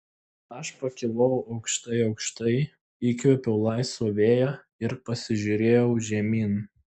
aš pakilau aukštai aukštai įkvėpiau laisvo vėjo ir pažiūrėjau žemyn